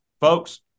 Folks